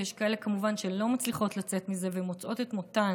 ויש כאלה כמובן שלא מצליחות לצאת מזה ומוצאות את מותן,